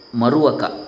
Maruaka